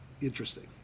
interesting